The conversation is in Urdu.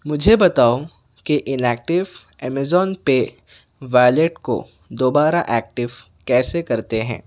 مجھے بتاؤ کہ inactive Amazon Pay wallet کو دوبارہ ایکٹو کیسے کرتے ہیں